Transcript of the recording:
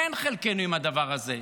אין חלקנו עם הדבר הזה.